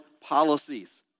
policies